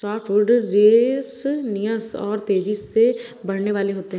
softwood resinous और तेजी से बढ़ने वाले होते हैं